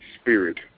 spirit